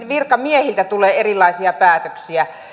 virkamiehiltä tulee erilaisia päätöksiä